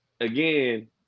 again